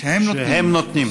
שהם נותנים.